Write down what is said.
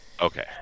okay